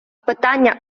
питання